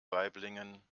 waiblingen